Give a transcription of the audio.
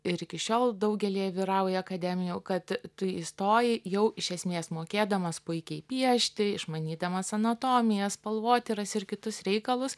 ir iki šiol daugelyje vyrauja akademijų kad tu įstoji jau iš esmės mokėdamas puikiai piešti išmanydamas anatomiją spalvotyras ir kitus reikalus